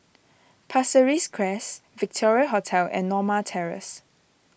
Pasir Ris Crest Victoria Hotel and Norma Terrace